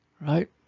Right